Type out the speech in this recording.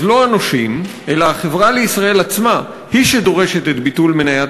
אז לא הנושים אלא "החברה לישראל" עצמה היא שדורשת את ביטול מניית